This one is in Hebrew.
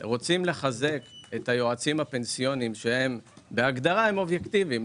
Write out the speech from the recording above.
את היועצים הפנסיוניים שהם בהגדרה אובייקטיביים,